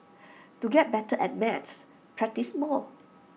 to get better at maths practise more